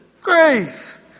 grief